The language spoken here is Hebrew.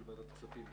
של ועדת הכספים,